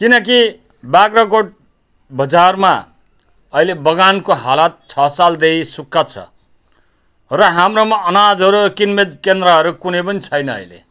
किनकि बाग्राकोट बजारमा अहिले बगानको हालत छ सालदेखि सुक्खा छ र हाम्रोमा अनाजहरू किनबेच केन्द्रहरू कुनै पनि छैन अहिले